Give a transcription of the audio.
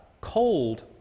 Cold